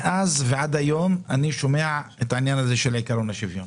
מאז ועד היום אני שומע על עיקרון השוויון.